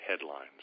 headlines